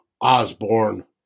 Osborne